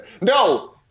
No